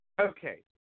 Okay